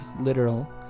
literal